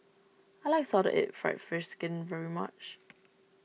I like Salted Egg Fried Fish Skin very much